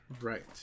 Right